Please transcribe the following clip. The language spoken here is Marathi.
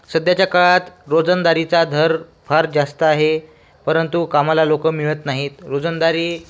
सध्याच्या काळात रोजंदारीचा दर फार जास्त आहे परंतु कामाला लोक मिळत नाहीत रोजंदारी